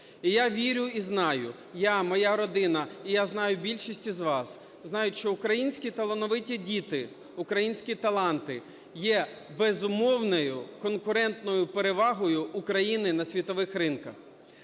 І я вірю і знаю, я, моя родина і, я знаю, більшість із вас знають, що українські талановиті діти, українські таланти є безумовною конкурентною перевагою України на світових ринках.